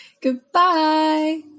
Goodbye